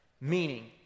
Meaning